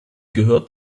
gehört